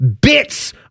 bits